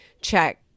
check